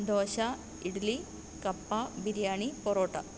ദോശ ഇഡലി കപ്പ ബിരിയാണി പൊറോട്ട